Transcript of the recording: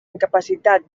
incapacitat